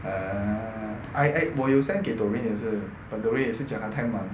ah I I 我有 send 给 doreen 也是 but doreen 也是讲她太忙